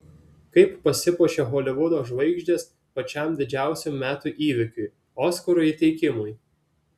kaip pasipuošia holivudo žvaigždės pačiam didžiausiam metų įvykiui oskarų įteikimui